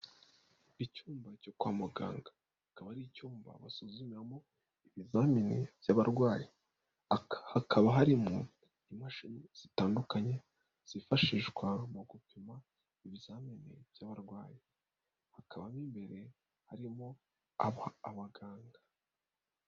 Icyumba cyo kwa muganga, akaba ari icyumba basuzumiramo ibizamini by'abarwayi, hakaba harimo, imashini zitandukanye, zifashishwa mu gupima ibizamini by'abarwayi. hakaba imbere harimo aba abaganga.